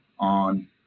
on